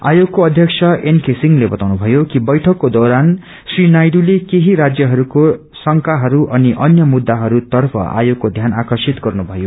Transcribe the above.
आयोगको अध्यब एनके सिंह्ते वताउनु भयो कि बैठकको दौरान श्री नायडूते केही राज्यहरूको शंकाहरू अनि अन्य मुद्दाहरू तर्फ आयोगको ध्यान आकर्षित गर्नुभयो